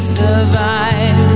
survive